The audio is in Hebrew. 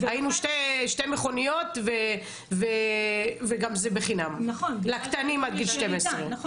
היינו שתי מכוניות וזה גם בחינם לקטנים עד גיל 12. נכון,